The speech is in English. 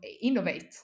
innovate